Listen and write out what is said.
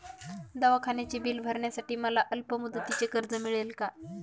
दवाखान्याचे बिल भरण्यासाठी मला अल्पमुदतीचे कर्ज मिळेल का?